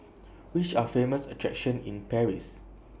Which Are Famous attractions in Paris